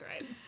right